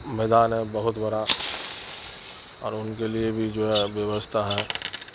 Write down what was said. میدان ہے بہت بڑا اور ان کے لیے بھی جو ہے ویوستھا ہے